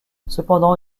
cependant